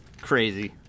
Crazy